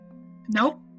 nope